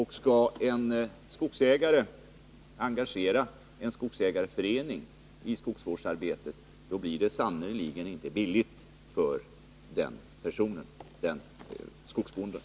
Om en privat skogsägare skall engagera en skogsägarförening i sitt röjningsarbete, blir det sannerligen inte billigt för den skogsbonden.